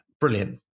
Brilliant